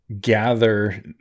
gather